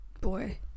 boy